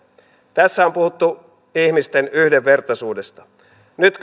tässä on puhuttu ihmisten yhdenvertaisuudesta nyt